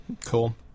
Cool